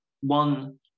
One